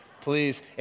Please